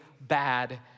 bad